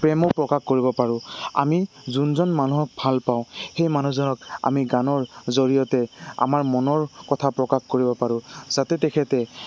প্ৰেমো প্ৰকাশ কৰিব পাৰোঁ আমি যোনজন মানুহক ভাল পাওঁ সেই মানুহজনক আমি গানৰ জৰিয়তে আমাৰ মনৰ কথা প্ৰকাশ কৰিব পাৰোঁ যাতে তেখেতে